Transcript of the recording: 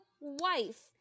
wife